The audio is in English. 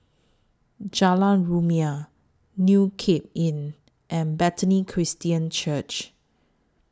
Jalan Rumia New Cape Inn and Bethany Christian Church